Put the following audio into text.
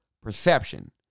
perception